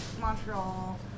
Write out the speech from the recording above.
Montreal